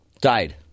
Died